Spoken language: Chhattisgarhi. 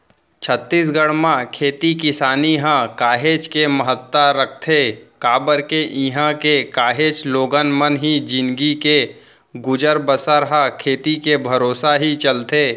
छत्तीसगढ़ म खेती किसानी ह काहेच के महत्ता रखथे काबर के इहां के काहेच लोगन मन के जिनगी के गुजर बसर ह खेती के भरोसा ही चलथे